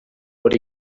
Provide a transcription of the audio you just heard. hori